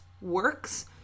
works